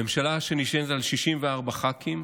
וממשלה שנשענת על 64 ח"כים.